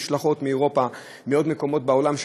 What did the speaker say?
משלחות מאירופה ומעוד מקומות בעולם,